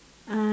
uh